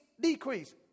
decrease